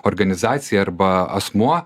organizacija arba asmuo